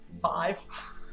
Five